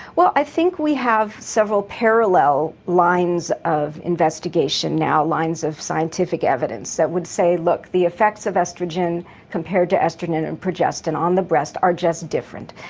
well i think we have several parallel lines of investigation now, lines of scientific evidence that would say that the effects of oestrogen compared to oestrogen and progestin on the breast are just different.